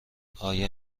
آیا